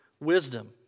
wisdom